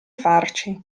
farci